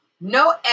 no